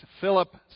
Philip